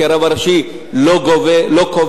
כי הרב הראשי לא קובע